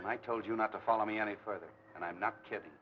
and i told you not to follow me any further and i'm not kidding